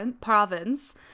province